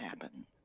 happen